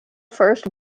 first